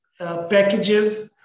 packages